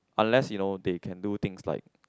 unless you know they can do things like